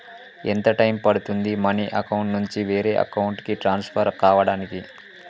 ఎంత టైం పడుతుంది money account నుంచి వేరే అకౌంట్ కి ట్రాన్స్ఫర్ కావటానికి?